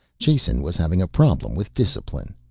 jason was having a problem with discipline.